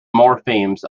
morphemes